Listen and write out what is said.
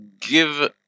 give